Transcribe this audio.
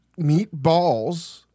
meatballs